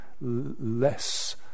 less